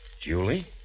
Julie